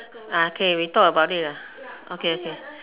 ah okay we talk about it lah okay okay